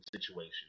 situation